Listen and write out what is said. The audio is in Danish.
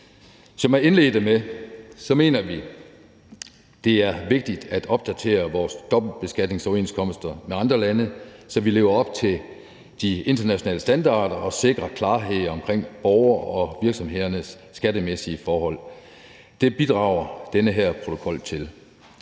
Som jeg indledte med, mener vi, at det er vigtigt at opdatere vores dobbeltbeskatningsoverenskomster med andre lande, så vi lever op til de internationale standarder og sikrer klarhed omkring borgere og virksomheders skattemæssige forhold. Det bidrager den her protokol til.